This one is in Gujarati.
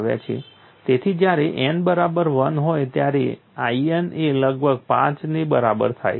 તેથી જ્યારે n બરાબર 1 હોય ત્યારે In એ લગભગ પાંચ ને બરાબર થાય છે